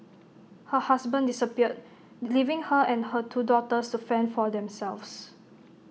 her husband disappeared leaving her and her two daughters to fend for themselves